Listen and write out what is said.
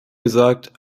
gesagt